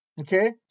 Okay